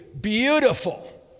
beautiful